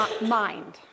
mind